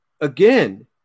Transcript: again